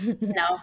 No